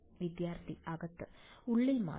വിദ്യാർത്ഥി അകത്ത് ഉള്ളിൽ മാത്രം